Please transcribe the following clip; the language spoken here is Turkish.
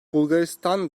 bulgaristan